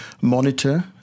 monitor